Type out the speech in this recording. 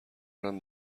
دارم